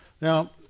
Now